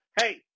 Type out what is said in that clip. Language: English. Hey